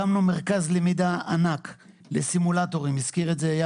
הקמנו מרכז למידה ענק לסימולטורים - איל